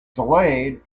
delayed